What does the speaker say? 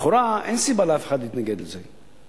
לכאורה, אין סיבה לאף אחד להתנגד לזה.